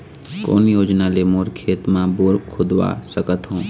कोन योजना ले मोर खेत मा बोर खुदवा सकथों?